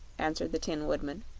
answered the tin woodman.